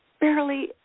barely